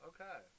Okay